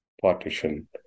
partition